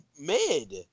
mid